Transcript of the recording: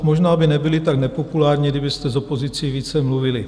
Možná by nebyli tak nepopulární, kdybyste s opozicí více mluvili.